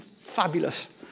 fabulous